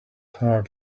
heart